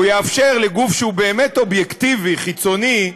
והוא יאפשר לגוף שהוא באמת אובייקטיבי, חיצוני,